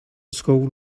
school